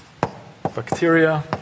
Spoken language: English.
bacteria